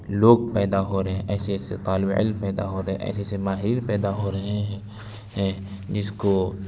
لوگ پیدا ہو رہے ایسے ایسے طالب علم پیدا ہو رہے ایسے ایسے ماہرین پیدا ہو رہے ہیں جس کو